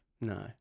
No